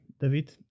David